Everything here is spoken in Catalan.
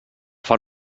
fan